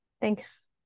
thanks